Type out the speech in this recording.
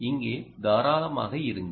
இங்கே தாராளமாக இருங்கள்